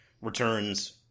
returns